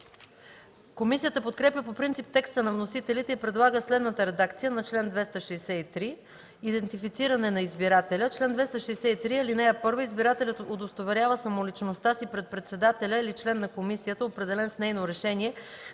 Комисията подкрепя по принцип текста на вносителите и предлага следната редакция на чл. 263: „Идентифициране на избирателя Чл. 263. (1) Избирателят удостоверява самоличността си пред председателя или член на комисията, определен с нейно решение